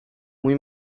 mój